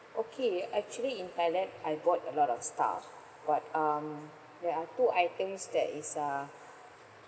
okay actually in thailand I got a lot of stuff but um there are two items that is uh